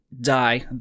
die